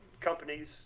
companies